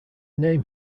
name